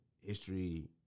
history